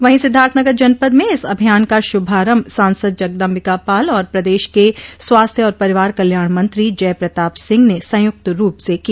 वहीं सिद्धार्थनगर जनपद में इस अभियान का श्रभारम्भ सांसद जगदम्बिका पाल और प्रदेश के स्वास्थ्य और परिवार कल्याण मंत्री जय प्रताप सिंह ने संयुक्त रूप से किया